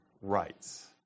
rights